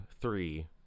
three